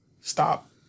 stop